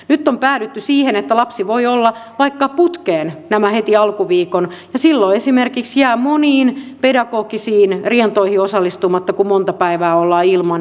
nyt on päädytty siihen että lapsi voi olla vaikka putkeen nämä heti alkuviikon ja silloin esimerkiksi jää moniin pedagogisiin rientoihin osallistumatta kun monta päivää ollaan ilman varhaiskasvatusta kokonaan